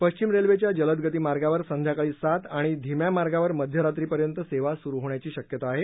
पश्विम रेल्वेच्या जलदगती मार्गावर संध्याकाळी सात आणि धीम्या मार्गावर मध्यरात्रीपर्यंत सेवा सुरू होण्याची शक्यता आहे